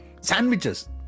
Sandwiches